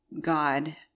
God